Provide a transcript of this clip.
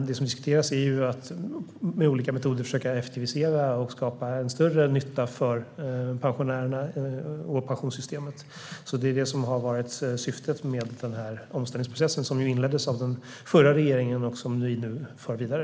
Det som diskuteras är att med hjälp av olika metoder försöka effektivisera och skapa större nytta för pensionärerna och pensionssystemet. Det har varit syftet med omställningsprocessen, som inleddes av den förra regeringen och som vi nu för vidare.